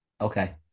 Okay